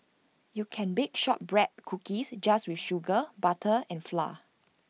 you can bake Shortbread Cookies just with sugar butter and flour